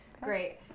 Great